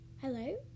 Hello